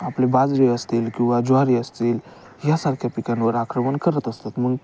आपले बाजरी असतील किंवा ज्वारी असतील ह्यासारखे पिकांवर आक्रमण करत असतात म्हणून